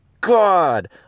God